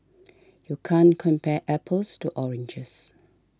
you can't compare apples to oranges